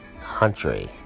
Country